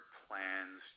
plans